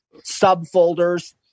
subfolders